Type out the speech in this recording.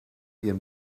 ihrem